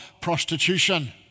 prostitution